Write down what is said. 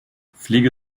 fliege